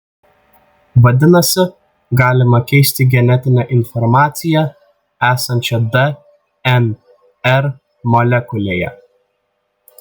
vadinasi galima keisti genetinę informaciją esančią dnr molekulėje